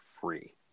free